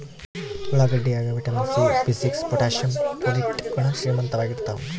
ಉಳ್ಳಾಗಡ್ಡಿ ಯಾಗ vitamin C B six potassium folate ಗುಣ ಶ್ರೀಮಂತವಾಗಿರ್ತಾವ